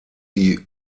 die